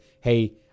hey